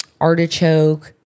artichoke